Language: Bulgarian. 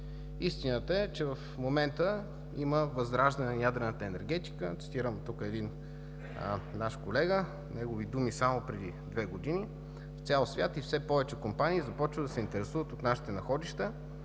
Истината е, че в момента има възраждане на ядрената енергетика. Ще цитирам наш колега тук, негови думи само преди две години: „В цял свят и все повече компании започват да се интересуват от нашите находища“.